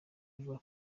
bivuga